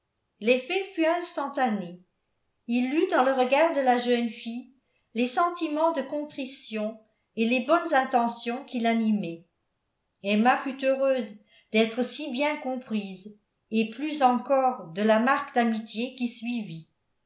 l'effet fut instantané il lut dans le regard de la jeune fille les sentiments de contrition et les bonnes intentions qui l'animaient emma fut heureuse d'être si bien comprise et plus encore de la marque d'amitié qui suivit